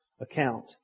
account